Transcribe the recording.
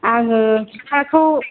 आङो फिथाखौ